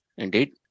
Indeed